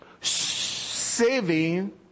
Saving